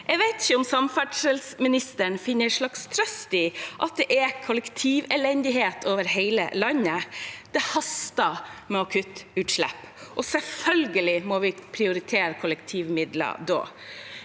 Jeg vet ikke om samferdselsministeren finner en slags trøst i at det er kollektivelendighet over hele landet, men det haster med å kutte utslipp, og selvfølgelig må vi da prioritere kollektivmidler.